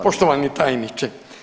Poštovani tajniče.